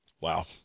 Wow